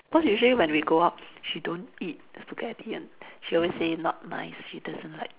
cause usually when we go out she don't eat spaghetti [one] she always say not nice she doesn't like